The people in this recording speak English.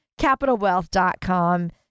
CapitalWealth.com